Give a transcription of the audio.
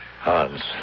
Hans